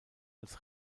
als